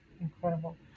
incredible